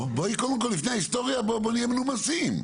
בואי קודם כל לפני ההיסטוריה נהיה מנומסים.